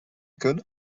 could